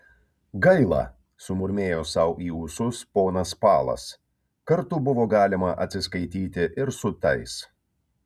gaila sumurmėjo sau į ūsus ponas palas kartu buvo galima atsiskaityti ir su tais